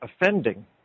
offending